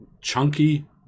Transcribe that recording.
chunky